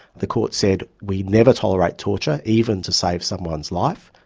the court said we never tolerate torture, even to save someone's life',